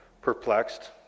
perplexed